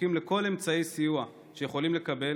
זקוקים לכל אמצעי סיוע שהם יכולים לקבל,